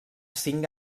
cinc